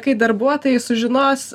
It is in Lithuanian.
kai darbuotojai sužinos